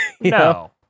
No